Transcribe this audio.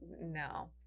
no